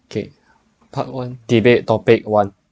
K part one debate topic one